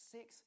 Six